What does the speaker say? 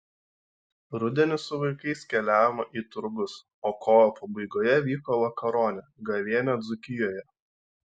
rudenį su vaikais keliavome į turgus o kovo pabaigoje vyko vakaronė gavėnia dzūkijoje